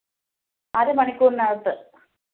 അര മണിക്കൂറിനകത്ത്